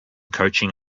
coaching